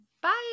Bye